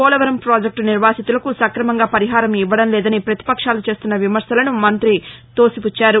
పోలవరం పాజెక్లు నిర్వాసితులకు సక్రమంగా పరిహారం ఇవ్వడంలేదని ప్రతిపక్షాలు చేస్తున్న విమర్శలను మంతి తోసిపుచ్చారు